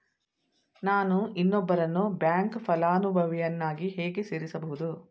ನಾನು ಇನ್ನೊಬ್ಬರನ್ನು ಬ್ಯಾಂಕ್ ಫಲಾನುಭವಿಯನ್ನಾಗಿ ಹೇಗೆ ಸೇರಿಸಬಹುದು?